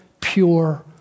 pure